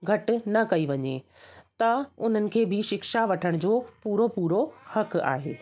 घटि न कई वञे त उन्हनि खे बि शिक्षा वठण जो पूरो पूरो हक़ु आहे